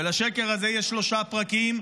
לשקר הזה יש שלושה פרקים,